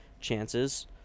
chances